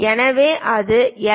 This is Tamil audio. எனவே அதை எல்